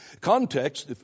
context